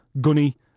Gunny